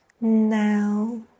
Now